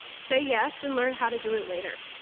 say yes and learn how to do it later.